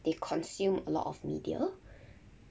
they consume a lot of media